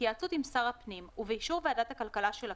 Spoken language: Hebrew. בהתייעצות עם שר הפנים ובאישור ועדת הכלכלה של הכנסת,